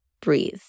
breathe